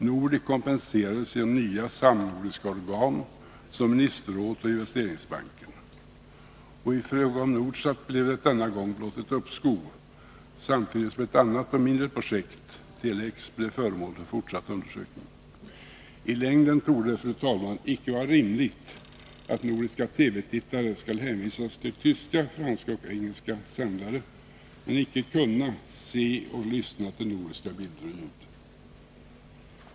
Nordek kompenserades genom nya samnordiska organ, såsom ministerrådet och Investeringsbanken. Och i fråga om Nordsat blev det denna gång blott ett uppskov, samtidigt som ett annat och mindre projekt, Tele-X, blev föremål för fortsatt undersökning. I längden torde det, fru talman, icke vara rimligt att nordiska TV-tittare skall hänvisas till tyska, franska och engelska sändare men icke kunna se och lyssna till bilder och ljud från Norden.